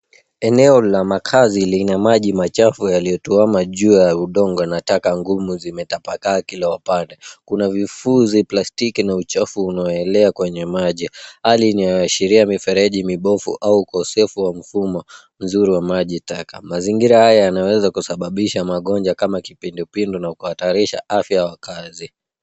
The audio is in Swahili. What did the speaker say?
Eneo la makazi lina maji machafu yaliyotuwama juu ya udongo na taka ngumu zimetapakaa kila upande. Kuna vifuzi plastiki na uchafu unaelea kwenye maji, hali inayoashiria mifereji mibovu au ukosefu wa mfumo mzuri wa maji taka. Mazingira haya yanaweza kusababisha magonjwa kama kipindupindu na kuhatarisha afya ya wakaazi.